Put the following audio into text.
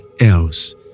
else